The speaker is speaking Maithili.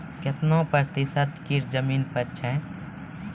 कितना प्रतिसत कीट जमीन पर हैं?